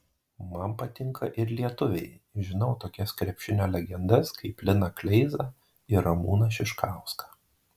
man patinka ir lietuviai žinau tokias krepšinio legendas kaip liną kleizą ir ramūną šiškauską